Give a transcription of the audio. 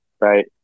right